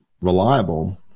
reliable